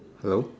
hello